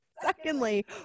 Secondly